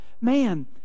man